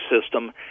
system